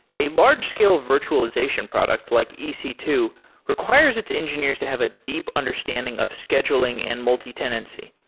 a large scale virtualization product like e c two requires its engineers to have a deep understanding of scheduling and multitenancy.